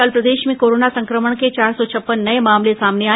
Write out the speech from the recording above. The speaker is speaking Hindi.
कल प्रदेश में कोरोना संक्रमण के चार सौ छप्पन नये मामले सामने आए